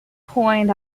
point